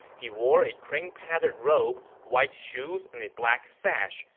he wore a crane-pattern robe, white shoes, and a black sash.